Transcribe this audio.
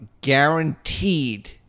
guaranteed